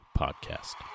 podcast